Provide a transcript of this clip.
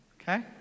okay